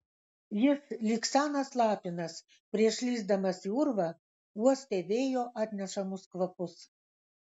jis lyg senas lapinas prieš lįsdamas į urvą uostė vėjo atnešamus kvapus